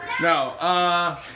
No